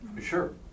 Sure